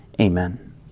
amen